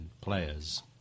players